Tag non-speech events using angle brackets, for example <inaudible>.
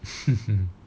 <laughs>